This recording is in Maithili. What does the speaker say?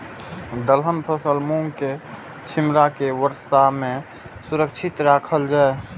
दलहन फसल मूँग के छिमरा के वर्षा में सुरक्षित राखल जाय?